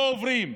לא עוברים.